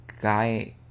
guy